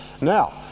Now